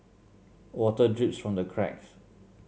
water drips from the cracks